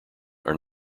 are